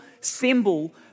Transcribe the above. symbol